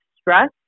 stress